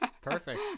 perfect